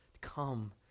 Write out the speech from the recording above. Come